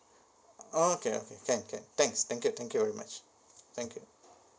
okay okay can can thanks thank you thank you very much thank you